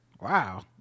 Wow